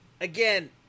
again